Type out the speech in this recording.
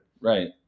right